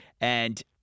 and-